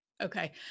Okay